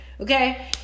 okay